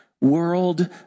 world